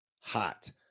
hot